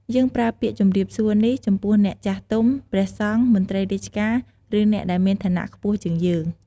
យើងប្រើពាក្យជម្រាបសួរនេះចំពោះអ្នកចាស់ទុំ ព្រះសង្ឃ មន្ត្រីរាជការ ឬ អ្នកដែលមានឋានៈខ្ពស់ជាងយើង។